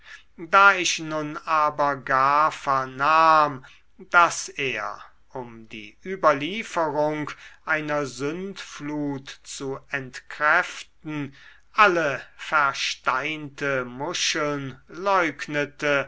da ich nun aber gar vernahm daß er um die überlieferung einer sündflut zu entkräften alle versteinte muscheln leugnete